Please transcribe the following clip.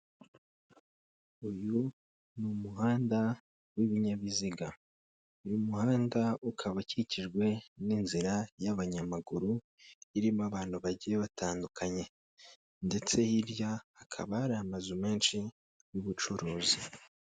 Uyu ni umuhanda w'ibinyabiziga. Uyu muhanda ukaba ukikijwe n'inzira y'abanyamaguru, irimo abantu bagiye batandukanye. Ndetse hirya, hakaba hari amazu menshi y'ubucuruzi.